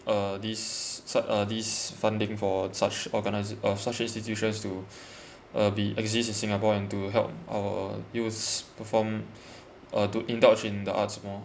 uh this su~ uh this funding for such organis~ uh such institutions to uh be exist in singapore and to help our youth perform uh to indulge in the arts more